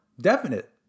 definite